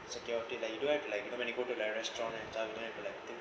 security like you don't have to like you know when you go to the restaurant and then you be like